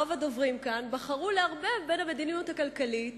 רוב הדוברים כאן בחרו לערבב בין המדיניות הכלכלית